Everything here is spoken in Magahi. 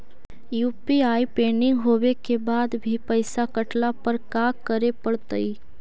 यु.पी.आई पेंडिंग होवे के बाद भी पैसा कटला पर का करे पड़तई?